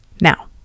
now